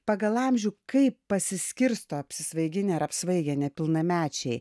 pagal amžių kaip pasiskirsto apsisvaiginę ar apsvaigę nepilnamečiai